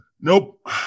Nope